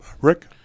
rick